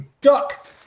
duck